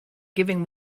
giving